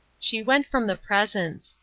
she went from the presence.